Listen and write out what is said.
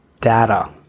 data